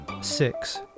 six